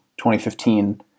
2015